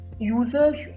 users